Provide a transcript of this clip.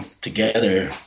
together